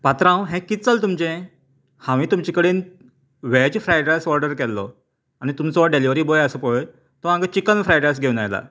पात्रांव हें किद जालें तुमचे हांवें तुमचे कडेन वॅज फ्रायडायस ऑडर केल्लो आनी तुमचो डॅलीवरी बॉय आसा पळय तो हांगा चिकन फ्रायडायस घेवन आयला